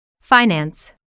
Finance